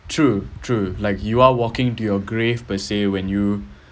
true true like you are walking to your grave per se when you